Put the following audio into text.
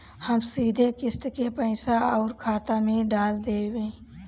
हम सीधे किस्त के पइसा राउर खाता में डाल देम?